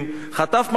חטף מכות,